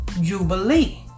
Jubilee